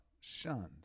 shunned